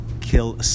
kill